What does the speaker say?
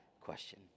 question